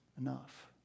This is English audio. enough